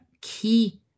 key